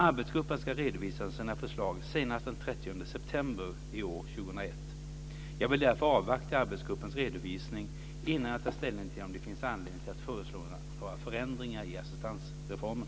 Arbetsgruppen ska redovisa sina förslag senast den 30 september 2001. Jag vill därför avvakta arbetsgruppens redovisning innan jag tar ställning till om det finns anledning att föreslå några förändringar i assistansreformen.